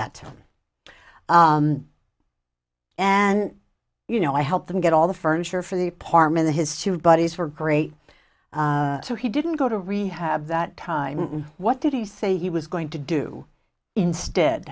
that and you know i helped them get all the furniture for the parmalee his two buddies were great so he didn't go to rehab that time what did he say he was going to do instead